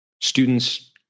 students